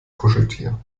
kuscheltier